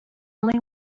only